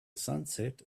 sunset